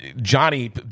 Johnny